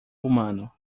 humano